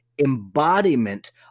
embodiment